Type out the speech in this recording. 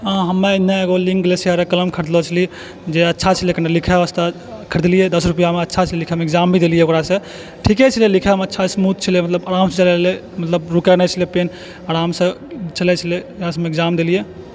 हमे ने एगो लिंकके कलम खरीदलो छी जे अच्छा छै लेकिन लिखै वास्ते तऽ खरिदलियै दस रुपआमे अच्छा लिखै छै एग्जाम भी देलियै ओकरा से ठीके छलै लिखऽमे अच्छा स्मुथ छलै मतलब आराम से चलै छलै रुकै नहि छलै पेन आरामसँ चलै छलै पेन वएह सॅं हम एग्जाम देलियै